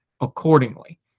accordingly